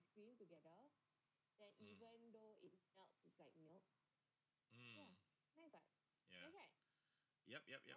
(uh huh) yeah yup yup yup